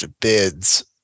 bids